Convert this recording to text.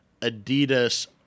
Adidas-